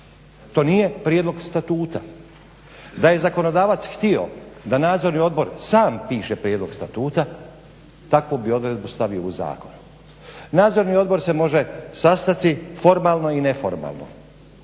To nije prijedlog statuta. Da je zakonodavac htio da Nadzorni odbor sam piše prijedlog statuta takvu bi odredbu stavio u zakon. Nadzorni odbor se može sastati formalno i neformalno,